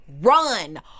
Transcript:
Run